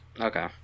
Okay